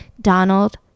donald